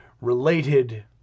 related